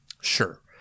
Sure